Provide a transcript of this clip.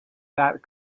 that